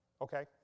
Okay